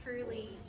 truly